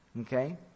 okay